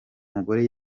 mugore